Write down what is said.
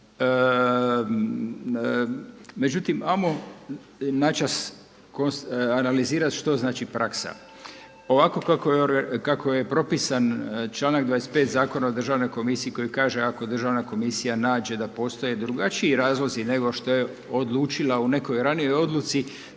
Međutim, ajmo načas analizirati što znači praksa? Ovako kako je propisan članak 25. Zakona o Državnoj komisiji koji kaže ako Državna komisija nađe da postoje drugačiji razlozi nego što je odlučila u nekoj ranijoj odluci